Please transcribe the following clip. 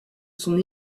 son